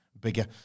bigger